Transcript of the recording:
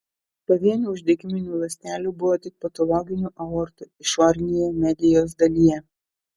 pavienių uždegiminių ląstelių buvo tik patologinių aortų išorinėje medijos dalyje